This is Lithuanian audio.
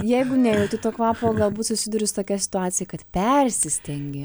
jeigu nejauti to kvapo galbūt susiduri su tokia situacija kad persistengi